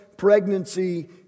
Pregnancy